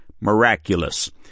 miraculous